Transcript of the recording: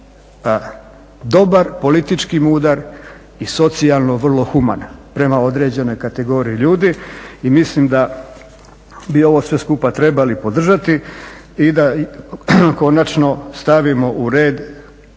dobar, politički, mudar i socijalno vrlo human prema određenoj kategoriji ljudi i mislim da bi ovo sve skupa trebali podržati i da konačno stavimo u red